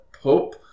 Pope